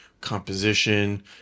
composition